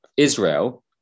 Israel